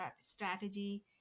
strategy